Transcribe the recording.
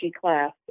class